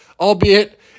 albeit